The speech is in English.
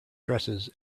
dresses